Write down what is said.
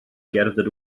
gerdded